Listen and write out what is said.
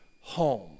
home